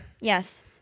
Yes